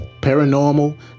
paranormal